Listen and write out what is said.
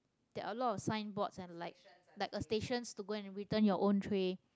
there are a lot of signboards and like like a stations to go and return your own tray